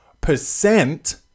percent